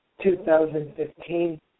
2015